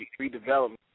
redevelopment